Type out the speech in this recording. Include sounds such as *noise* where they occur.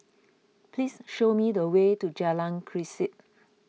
please show me the way to Jalan *unintelligible*